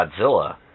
Godzilla